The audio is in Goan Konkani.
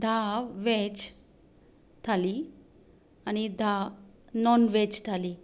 धा वॅज थाली आनी धा नॉनवॅज थाली